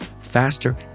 faster